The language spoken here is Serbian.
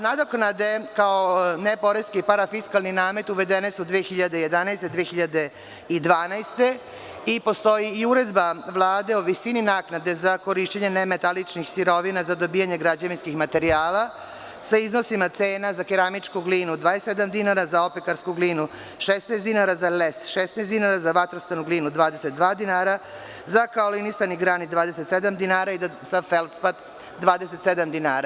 Nadoknade kao neporeski parafiskalni namet uvedene su 2011. i 2012. i postoji i Uredba Vlade o visini naknade za korišćenje nemetaličkih sirovina za dobijanje građevinskih materijala, sa iznosima cena: za keramičku glinu 27 dinara, za opekarsku glinu 16 dinara, za les 16 dinara, za vatrostalnu glinu 22 dinara, za kaolinisani granit 27 dinara i felspad 27 dinara.